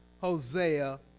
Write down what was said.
Hosea